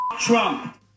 Trump